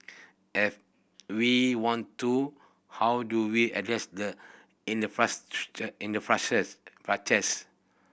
if we want to how do we address the